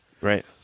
Right